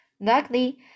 Luckily